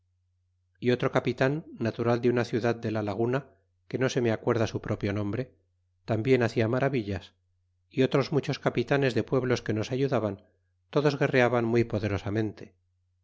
y otro capitan natural de una ciudad de a laguna que no se me acuerda su propio nombre tambien hacia maravillas y otros muchos capitanes de pueblos que nos ayudaban todos guerreaban muy poderosamente